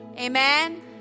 amen